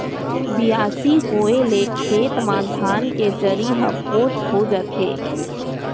बियासी होए ले खेत म धान के जरी ह पोठ हो जाथे